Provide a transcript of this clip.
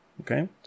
Okay